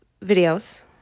videos